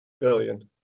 Billion